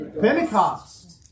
Pentecost